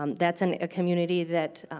um that's and a community that